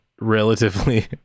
relatively